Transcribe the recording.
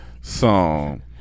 song